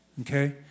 okay